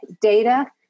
Data